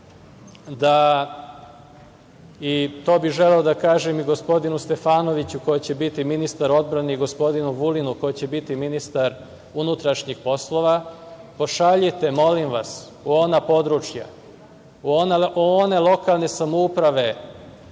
da, i to bih želeo da kažem i gospodinu Stefanoviću, koji će biti ministar odbrane i gospodinu Vulinu, koji će biti ministar unutrašnjih poslova, pošaljite, molim vas, u ona područja, u one lokalne samouprave